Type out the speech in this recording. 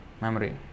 memory